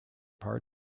parts